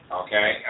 okay